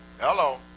hello